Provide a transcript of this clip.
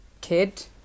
kid